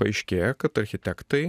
paaiškėja kad architektai